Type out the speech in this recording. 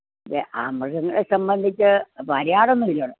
അ മൃഗങ്ങളെ സംബന്ധിച്ച് വരാറൊന്നും ഇല്ല ഇവിടെ